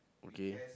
okay